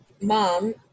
mom